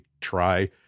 try